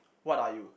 what are you